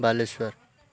Balasore